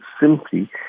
simply